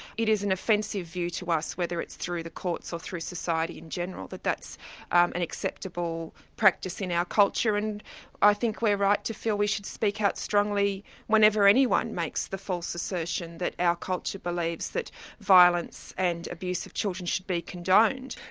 it is an offensive view to us, whether it's through the courts or through society in general, that that's an acceptable practice in our culture. and i think we're right to feel we should speak out strongly whenever anyone makes the false assertion that our culture believes that violence and abuse of children should be condoned.